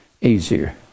easier